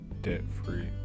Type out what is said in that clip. Debt-free